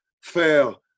faire